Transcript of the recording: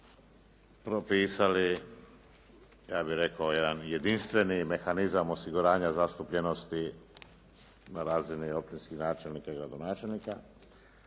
propisali, ja bih rekao jedan jedinstveni mehanizam osiguranja zastupljenosti na razini općinskih načelnika i gradonačelnika.